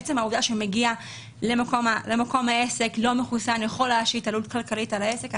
עצם העובדה שמגיע למקום העסק לא מחוסן יכול להשית עלות כלכלית על העסק.